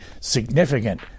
significant